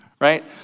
right